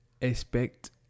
expect